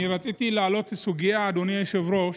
אני רציתי להעלות סוגיה, אדוני היושב-ראש.